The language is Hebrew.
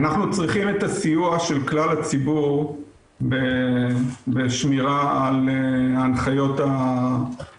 אנחנו צריכים את הסיוע של כלל הציבור בשמירה על ההנחיות הבסיסיות.